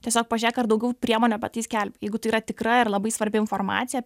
tiesiog pažiūrėk ar daugiau priemonių apie tai skelbia jeigu tai yra tikra ir labai svarbi informacija